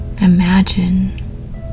Imagine